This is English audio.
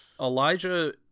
Elijah